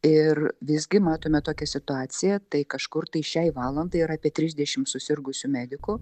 ir visgi matome tokią situaciją tai kažkur tai šiai valandai yra apie trisdešimt susirgusių medikų